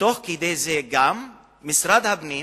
וגם משרד הפנים